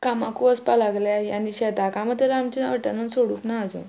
कामाकूय वचपा लागल्या आनी शेता कामां तर आमच्या वटेन सोडूंक ना आजून